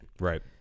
Right